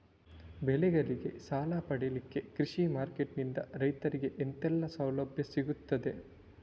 ಬೆಳೆಗಳಿಗೆ ಸಾಲ ಪಡಿಲಿಕ್ಕೆ ಕೃಷಿ ಮಾರ್ಕೆಟ್ ನಿಂದ ರೈತರಿಗೆ ಎಂತೆಲ್ಲ ಸೌಲಭ್ಯ ಸಿಗ್ತದ?